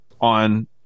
on